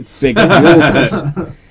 bigger